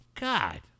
God